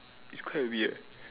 it's quite weird